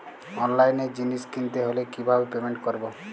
অনলাইনে জিনিস কিনতে হলে কিভাবে পেমেন্ট করবো?